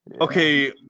Okay